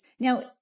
Now